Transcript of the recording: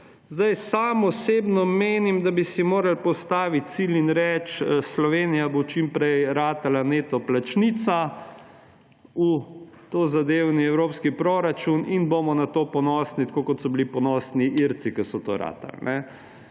Sam osebno menim, da bi si morali postaviti cilj in reči, da bo Slovenija čim prej ratala neto plačnica v tozadevni evropski proračun in bomo na to ponosni, tako kot so bili ponosni Irci, ki so to ratali.